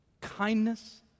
kindness